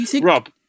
Rob